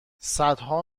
صدها